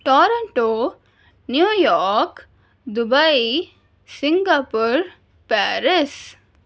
Toronto New York Dubai Singapore Paris